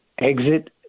exit